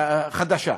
הודעה חדשה,